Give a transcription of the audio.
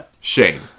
Shane